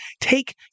take